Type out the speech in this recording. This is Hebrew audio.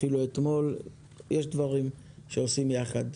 יש דברים שעושים יחד.